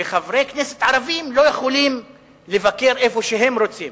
וחברי כנסת ערבים לא יכולים לבקר איפה שהם רוצים.